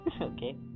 okay